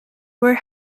were